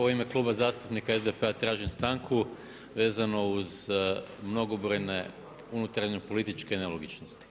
U ime Kluba zastupnika SDP-a tražim stanku vezano uz mnogobrojne unutarnje političke nelogičnosti.